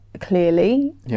clearly